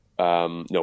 No